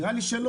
נראה לי שלא.